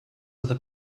other